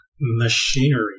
machinery